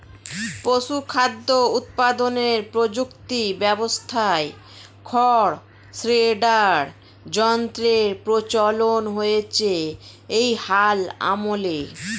পশুখাদ্য উৎপাদনের প্রযুক্তি ব্যবস্থায় খড় শ্রেডার যন্ত্রের প্রচলন হয়েছে এই হাল আমলে